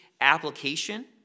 application